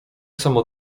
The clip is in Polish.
samo